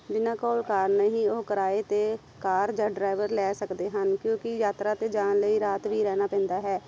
ਜਿਨ੍ਹਾਂ ਕੋਲ ਕਾਰ ਨਹੀ ਹੈ ਉਹ ਕਿਰਾਏ 'ਤੇ ਕਾਰ ਜਾਂ ਡਰਾਈਵਰ ਲੈ ਸਕਦੇ ਹਨ ਕਿਉਂਕਿ ਯਾਤਰਾ 'ਤੇ ਜਾਣ ਲਈ ਰਾਤ ਵੀ ਰਹਿਣਾ ਪੈਂਦਾ ਹੈ